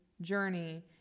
journey